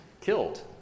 killed